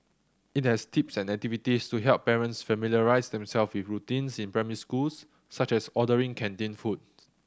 it has tips and activities to help parents familiarise them self with routines in primary schools such as ordering canteen food